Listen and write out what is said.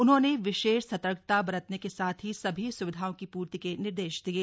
उन्होंने विशेष सतर्कता बरतने के साथ ही सभी स्विधाओं की पूर्ति के निर्देश दिये